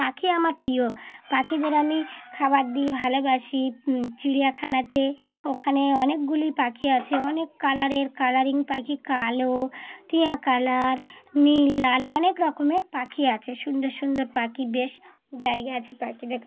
পাখি আমার প্রিয় পাখিদের আমি খাবার দিই ভালোবাসি চিড়িয়াখানাতে ওখানে অনেকগুলি পাখি আছে অনেক কালারের কালারিং পাখি কালো টিঁয়া কালার নীল লাল অনেক রকমের পাখি আছে সুন্দর সুন্দর পাখি বেশ জায়গা আছে পাখিদের